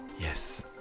Yes